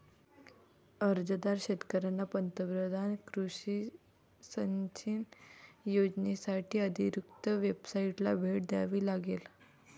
अर्जदार शेतकऱ्यांना पंतप्रधान कृषी सिंचन योजनासाठी अधिकृत वेबसाइटला भेट द्यावी लागेल